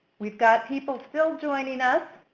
we've got people still joining up,